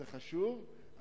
זה חשוב,